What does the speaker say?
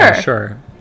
Sure